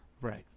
Right